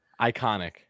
Iconic